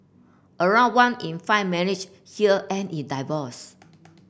around one in five marriage here end in divorce